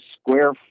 square